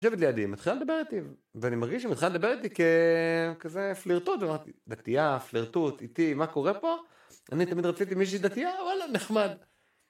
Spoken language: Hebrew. יושבת לידי ומנסה לדבר איתי. ואני מרגיש שהיא מנסה לדבר איתי ככזה פלירטוט, דתייה, פלירטוט, איתי, מה קורה פה? אני תמיד רציתי מישהי דתייה, וואלה, נחמד.